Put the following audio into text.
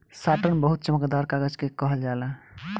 satin बहुत चमकदार कागज के कहल जाला